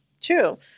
True